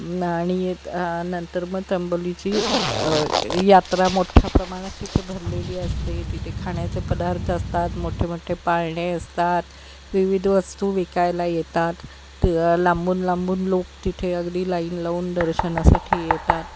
आणि य नंतर मं त्र्यंबोलीची यात्रा मोठ्या प्रमाणात तिथे भरलेली असते तिथे खाण्याचे पदार्थ असतात मोठे मोठे पाळणे असतात विविध वस्तू विकायला येतात त लांबून लांबून लोक तिथे अगदी लाईन लावून दर्शनासाठी येतात